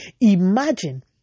Imagine